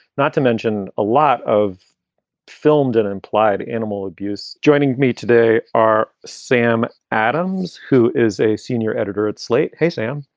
not to mention a lot of filmed and implied animal abuse. joining me today are sam adams, who is a senior editor at slate. hey, sam.